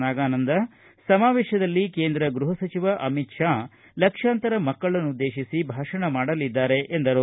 ನಾಗಾನಂದ ಸಮಾವೇಶದಲ್ಲಿ ಕೇಂದ್ರ ಗೃಹ ಸಚಿವ ಅಮಿತ್ ಷಾ ಲಕ್ಷಾಂತರ ಮಕ್ಕಳನ್ನುದ್ದೇಶಿಸಿ ಭಾಷಣ ಮಾಡಲಿದ್ದಾರೆ ಎಂದರು